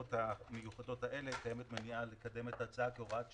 שבנסיבות המיוחדות הללו קיימת מניעה לקדם את ההצעה כהוראת שעה,